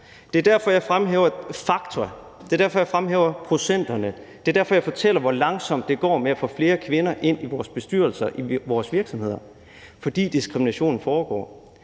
Det er derfor, jeg fremhæver fakta; det er derfor, jeg fremhæver procenterne; det er derfor, jeg fortæller, hvor langsomt det går med at få flere kvinder ind i vores bestyrelser i vores virksomheder. Det er, fordi diskrimination foregår.